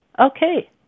Okay